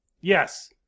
Yes